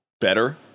better